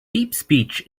deepspeech